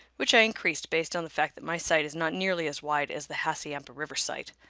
which i increased based on the fact that my site is not nearly as wide as the hassayampa river site.